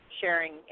sharing